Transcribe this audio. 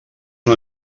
una